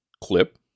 clip